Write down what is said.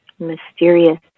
mysterious